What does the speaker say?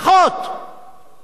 אין שום תירוץ.